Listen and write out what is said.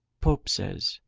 pope says,